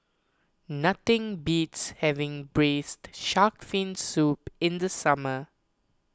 nothing beats having Braised Shark Fin Soup in the summer